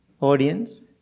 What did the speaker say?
audience